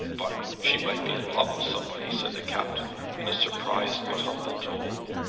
but she might be in love with somebody, said the captain, in a surprised but humble tone.